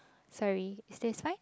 sorry it's fine